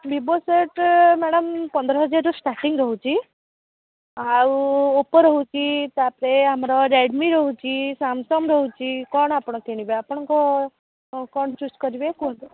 Vivo set madam ପନ୍ଦର ହଜାରରୁ starting ରହୁଛି ଆଉ ଓପୋର ରହୁଛି ତା'ପରେ ଆମର ରେଡ଼ମି ରହୁଛି ସାମ୍ସଙ୍ଗ୍ ରହୁଛି କ'ଣ ଆପଣ କିଣିବେ ଆପଣଙ୍କ କ'ଣ ଚୁଜ୍ କରିବେ କୁହନ୍ତୁ